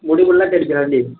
മുടി മുള്ളറ്റ് അടിക്കണം അല്ലെ